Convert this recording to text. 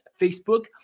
Facebook